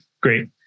great